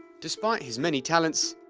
despite his many talents,